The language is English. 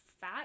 fat